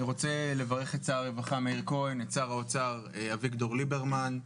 אני רוצה לברך את שר הרווחה מאיר כהן ואת שר האוצר אביגדור ליברמן.